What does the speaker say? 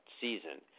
season